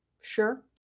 sure